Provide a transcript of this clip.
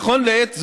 נכון לעת זו,